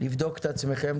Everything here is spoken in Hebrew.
את עצמכם.